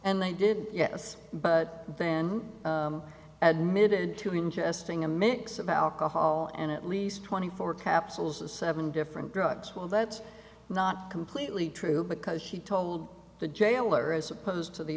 and they did yes but then admitted to ingesting a mix of alcohol and at least twenty four capsules to seven different drugs well that's not completely true because she told the jailer as opposed to the